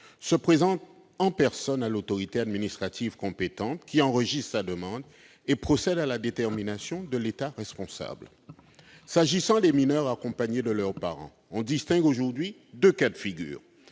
se présente en personne à l'autorité administrative compétente, qui enregistre sa demande et procède à la détermination de l'État responsable ». S'agissant des mineurs accompagnés de leurs parents, on distingue aujourd'hui deux cas de figure